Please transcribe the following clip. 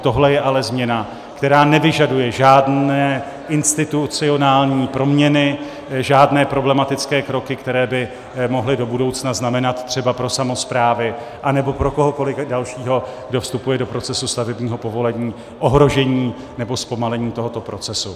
Tohle je ale změna, která nevyžaduje žádné institucionální proměny, žádné problematické kroky, které by mohly do budoucna znamenat třeba pro samosprávy nebo pro kohokoliv dalšího, kdo vstupuje do procesu stavebního povolení, ohrožení nebo zpomalení tohoto procesu.